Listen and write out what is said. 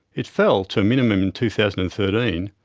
it fell to a minimum in two thousand and thirteen,